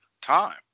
time